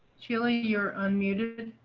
chile, you're unmuted.